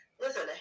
Listen